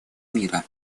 мира